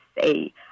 say